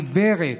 עיוורת,